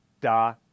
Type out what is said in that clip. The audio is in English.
da